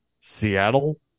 Seattle